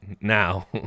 Now